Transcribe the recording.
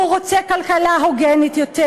והוא רוצה כלכלה הוגנת יותר,